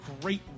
great